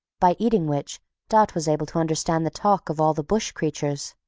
by eating which dot was able to understand the talk of all the bush creatures.